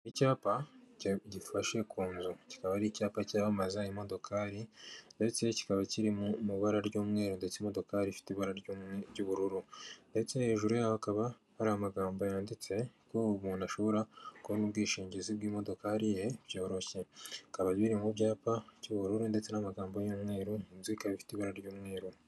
Icyapa gifashe ku nzu kikaba ari icyapa cyamamaza imodokari ndetse kikaba kiri mu bara ry'umweru ndetse imodokari ifite ibara ry'ubururu ndetse hejuru yaho hakaba hari amagambo yanditse ko umuntu ashobora kubona ubwishingizi bw'imodoka ye byoroshye bikaba biri mu byapa by'ubururu ndetse n'amagambo y'umweru inzu ikaba ifite ibara ry'umweru.